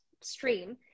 stream